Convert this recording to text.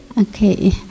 Okay